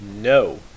No